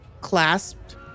clasped